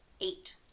Eight